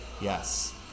Yes